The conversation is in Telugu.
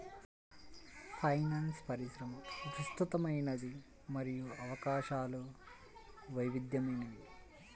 ఫైనాన్స్ పరిశ్రమ విస్తృతమైనది మరియు అవకాశాలు వైవిధ్యమైనవి